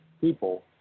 people